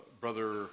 Brother